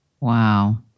Wow